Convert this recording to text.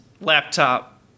laptop